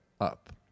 up